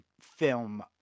film